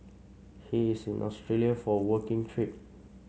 he is in Australia for a working trip